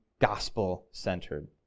gospel-centered